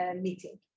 meeting